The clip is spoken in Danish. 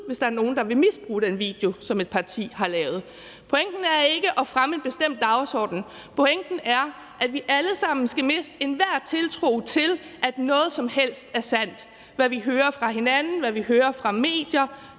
hvis man vil misbruge den video, som et parti har lavet, nemt klippe noget ud – men pointen er, at vi alle sammen skal miste enhver tiltro til, at noget som helst af det, vi hører fra hinanden, og det, vi hører fra medierne,